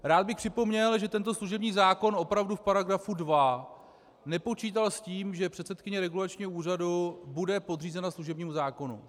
Rád bych připomněl, že tento služební zákon opravdu v § 2 nepočítal s tím, že předsedkyně regulačního úřadu bude podřízena služebnímu zákonu.